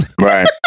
Right